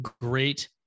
great